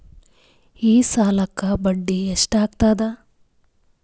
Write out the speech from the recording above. ಈ ಸಾಲಕ್ಕ ಬಡ್ಡಿ ಎಷ್ಟ ಹತ್ತದ?